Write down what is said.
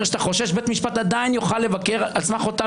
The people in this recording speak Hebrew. שאתה חושש בית משפט עדיין יוכל לבקר על סמך אותן